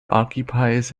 occupies